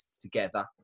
together